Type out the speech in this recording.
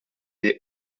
des